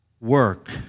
work